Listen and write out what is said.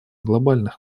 глобальных